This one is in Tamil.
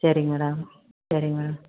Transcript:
சரிங்க மேடம் சரிங்க